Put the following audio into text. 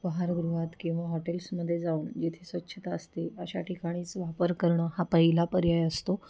उपाहारगृहात किंवा हॉटेल्समध्ये जाऊन जिथे स्वच्छता असते अशा ठिकाणीच वापर करणं हा पहिला पर्याय असतो